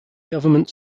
government